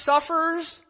suffers